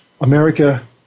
America